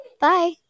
Bye